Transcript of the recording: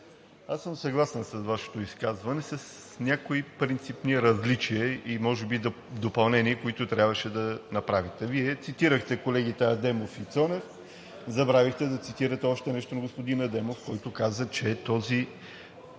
аз съм съгласен с Вашето изказване с някои принципни различия и може би допълнения, които трябваше да направите. Вие цитирахте колегите Адемов и Цонев. Забравихте да цитирате още нещо на господин Адемов, който каза, че тази